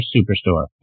Superstore